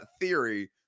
theory